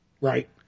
Right